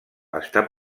estar